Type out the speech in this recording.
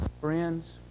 Friends